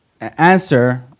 answer